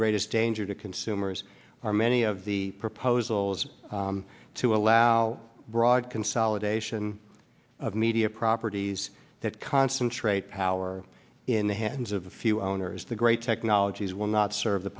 greatest danger to consumers are many of the proposals to allow broad consolidation of media properties that concentrate power in the hands of the few owners the great technologies will not serve the